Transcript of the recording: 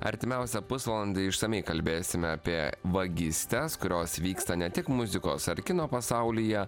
artimiausią pusvalandį išsamiai kalbėsime apie vagystes kurios vyksta ne tik muzikos ar kino pasaulyje